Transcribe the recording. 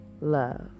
love